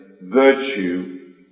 virtue